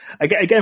Again